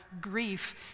grief